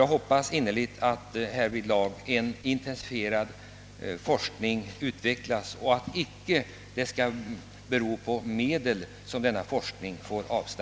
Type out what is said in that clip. Jag hoppas innerligt att forskningen intensifieras. I varje fall får inte forskningen avstanna på grund av brist på medel.